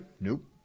Nope